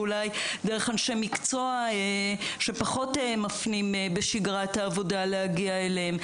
ואולי דרך אנשי מקצוע שפחות מפנים בשגרה את העבודה להגיע אליהם.